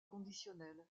conditionnelle